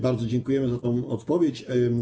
Bardzo dziękujemy za tę odpowiedź.